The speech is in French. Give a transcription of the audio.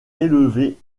élever